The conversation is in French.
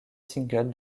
single